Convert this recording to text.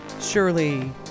Surely